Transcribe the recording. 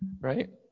Right